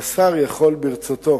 והשר יכול, ברצותו,